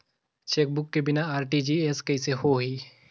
Chequebook के बिना RTGS कइसे होही?